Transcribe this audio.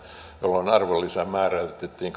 jolloin arvonlisä määräytettiin